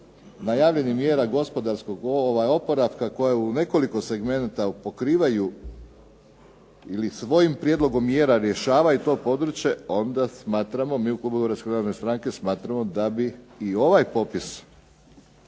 najavljenih mjera gospodarskog oporavka koja je u nekoliko segmenata pokrivaju ili svojim prijedlogom mjera rješavaju to područje, onda smatramo mi u Klubu HNS smatramo da i ovaj popis